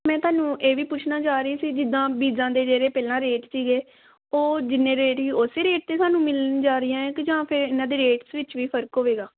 ਮੈਂ ਤੁਹਾਨੂੰ ਇਹ ਵੀ ਪੁੱਛਣਾ ਚਾਅ ਰਹੀ ਸੀ ਜਿੱਦਾਂ ਬੀਜਾਂ ਦੇ ਜਿਹੜੇ ਪਹਿਲਾਂ ਰੇਟ ਸੀਗੇ ਉਹ ਜਿੰਨੇ ਰੇਟ ਸੀ ਉਸੇ ਰੇਟ 'ਤੇ ਸਾਨੂੰ ਮਿਲਣ ਜਾ ਰਹੀਆਂ ਕਿ ਜਾਂ ਫਿਰ ਇਹਨਾਂ ਦੇ ਰੇਟਸ ਵਿੱਚ ਵੀ ਫ਼ਰਕ ਹੋਵੇਗਾ